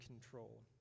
control